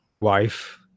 wife